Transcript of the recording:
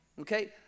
okay